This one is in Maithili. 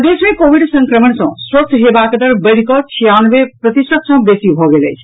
प्रदेश मे कोविड संक्रमण सँ स्वस्थ हेबाक दर बढ़िकऽ छियानवे प्रतिशत सँ बेसी भऽ गेल अछि